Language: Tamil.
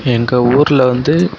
எங்கள் ஊரில் வந்து